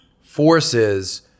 forces